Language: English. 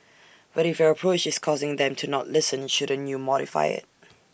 but if your approach is causing them to not listen shouldn't you modify IT